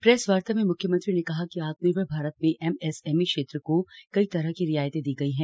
press वार्ता में मुख्यमंत्री ने कहा कि आत्मनिर्भर भारत में एमएसएमई क्षेत्र को कई तरह की रियायतें दी गई हैं